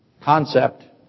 concept